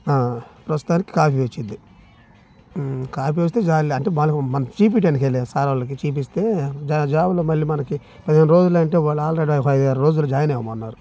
ప్రస్తుతానికి కాపీ వస్తుంది కాపీ వస్తే చాలులే అంటే వాళ్ళు మనకు చూపించడానికేలే సార్ వాళ్ళకి మనము చూపిస్తే జాబ్లో మళ్ళీ మనకి పదిహేను రోజులు అంటే వాళ్ళు ఆల్రడీ ఒక ఐదారు రోజుల్లో జాయిన్ అవ్వమన్నారు